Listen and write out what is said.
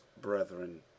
brethren